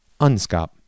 UNSCOP